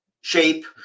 shape